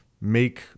make